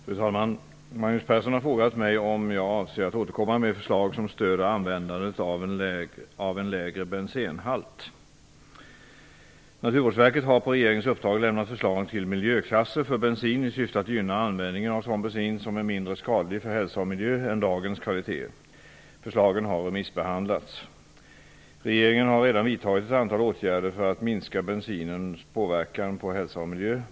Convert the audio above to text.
Fru talman! Magnus Persson har frågat mig om jag avser att återkomma med förslag som stöder användandet av en lägre bensenhalt. Naturvårdsverket har på regeringens uppdrag lämnat förslag till miljöklasser för bensin i syfte att gynna användningen av sådan bensin som är mindre skadlig för hälsa och miljö än dagens kvaliteter. Förslagen har remissbehandlats. Regeringen har redan vidtagit ett antal åtgärder för att minska bensinens påverkan på hälsa och miljö.